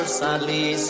sadly